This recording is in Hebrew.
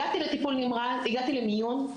הגעתי למיון,